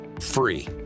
free